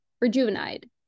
rejuvenated